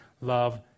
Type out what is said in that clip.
Love